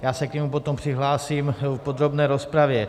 Já se k němu potom přihlásím v podrobné rozpravě.